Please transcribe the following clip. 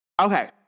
Okay